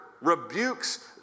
Rebukes